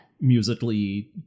...musically